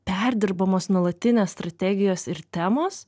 perdirbamos nuolatinės strategijos ir temos